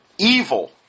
evil